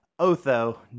Otho